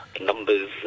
numbers